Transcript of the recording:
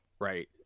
right